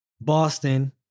Boston